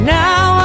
now